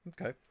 Okay